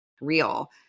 real